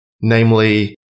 namely